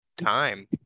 time